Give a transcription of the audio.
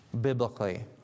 biblically